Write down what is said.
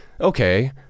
okay